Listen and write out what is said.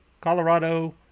Colorado